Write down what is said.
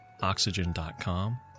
Oxygen.com